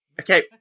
okay